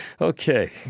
Okay